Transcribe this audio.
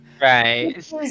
Right